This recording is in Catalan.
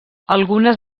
algunes